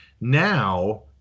Now